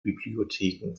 bibliotheken